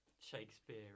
Shakespeare